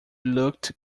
looked